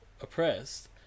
oppressed